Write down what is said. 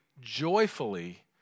joyfully